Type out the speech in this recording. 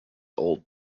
old